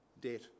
debt